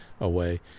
away